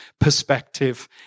perspective